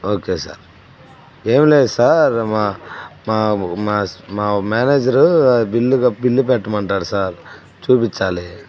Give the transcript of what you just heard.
okay sir ఏమి లేదు sir మా మా మా మా మేనేజరు బిల్లు బిల్లు పెట్టమంటారు సార్ చూపిచ్చాంచాలి